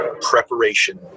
preparation